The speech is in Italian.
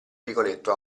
rigoletto